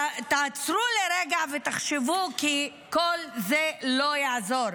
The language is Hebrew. תעצרו לרגע ותחשבו, כי כל זה לא יעזור.